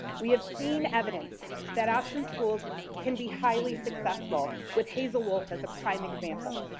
we have seen evidence that option schools can be highly successful with hazel wolf as a prime example.